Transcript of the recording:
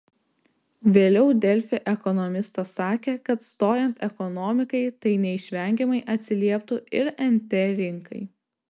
vėliau delfi ekonomistas sakė kad stojant ekonomikai tai neišvengiamai atsilieptų ir nt rinkai